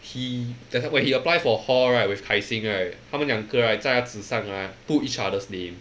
he that's why he apply for hall right with kai xing right 他们两个 right 在它纸上 ah put each other's name